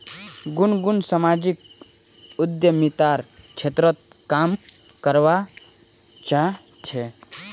गुनगुन सामाजिक उद्यमितार क्षेत्रत काम करवा चाह छेक